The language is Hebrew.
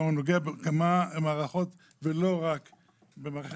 הוא נוגע בכמה מערכות ולא רק בבטיחות.